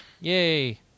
Yay